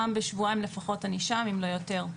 פעם בשבועיים לפחות אני שם, אם לא יותר.